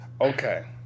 Okay